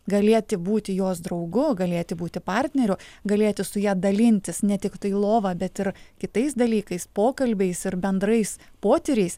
galėti būti jos draugu galėti būti partneriu galėti su ja dalintis ne tiktai lova bet ir kitais dalykais pokalbiais ir bendrais potyriais